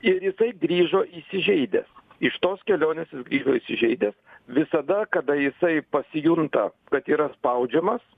ir jisai grįžo įsižeidęs iš tos kelionės jis grįžo įsižeidęs visada kada jisai pasijunta kad yra spaudžiamas